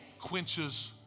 quenches